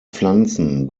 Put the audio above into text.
pflanzen